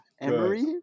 Emory